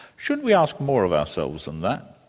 shouldn't we ask more of ourselves than that?